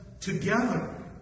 together